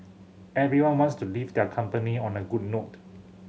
everyone wants to leave their company on a good note